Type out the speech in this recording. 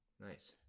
Nice